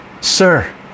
Sir